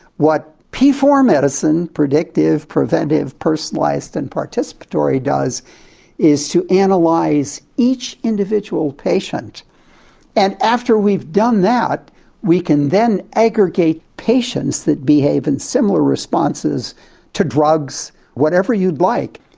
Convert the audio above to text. what p four medicine predictive, preventive, personalised and participatory does is to and analyse each individual patient and after we've done that we can then aggregate patients that behave in similar responses to drugs, whatever you like.